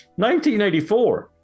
1984